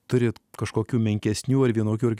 turi kažkokių menkesnių ar vienokių ar